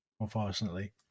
unfortunately